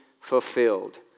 fulfilled